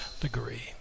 degree